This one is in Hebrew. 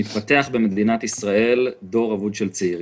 מתפתח במדינת ישראל דור אבוד של צעירים.